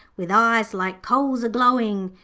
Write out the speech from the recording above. with eyes like coals a-glowing,